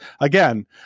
Again